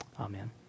Amen